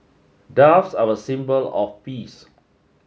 doves are a symbol of peace